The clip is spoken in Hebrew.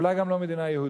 ואולי גם לא מדינה יהודית.